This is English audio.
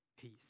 peace